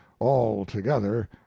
altogether